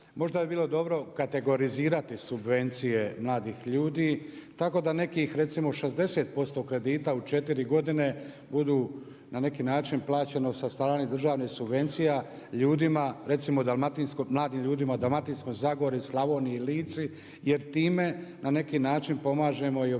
možda bi bilo dobro kategorizirati subvencije mladih ljudi tako da nekih 60% kredita u 4 godine budu na neki način plaćeno sa strane državnih subvencija ljudima recimo, mladim ljudima u Dalmatinskoj Zagori, Slavoniji i Lici jer time na neki način pomažemo i obiteljima